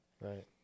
Right